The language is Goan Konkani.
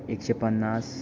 एकशें पन्नास